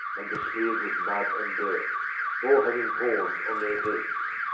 and besmeared with mud and dirt all having horns on their heads.